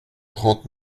trente